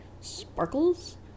sparkles